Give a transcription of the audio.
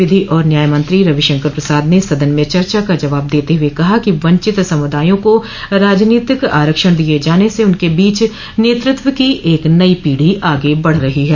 विधि और न्याय मंत्री रविशंकर प्रसाद ने सदन में चर्चा का जवाब देते हुए कहा कि वंचित समुदायों को राजनीतिक आरक्षण दिए जाने से उनके बीच नेतृत्व की एक नई पीढ़ी आगे बढ़ रही है